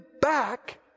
back